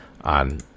on